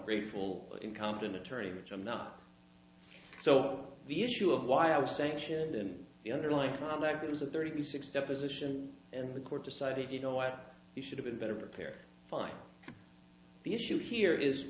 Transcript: grateful incompetent attorney which i'm not so on the issue of why i was sanctioned and the underlying crime that it was a thirty six deposition and the court decided you know i should have been better prepared fine the issue here is